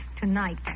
tonight